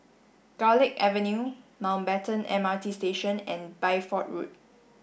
Garlick Avenue Mountbatten M R T Station and Bideford Road